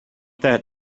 that